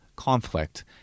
Conflict